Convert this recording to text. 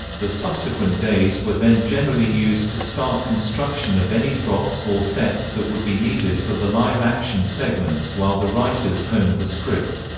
the subsequent days were then generally used to start construction of any props or sets that would be needed for the live action segments while the writers honed the script.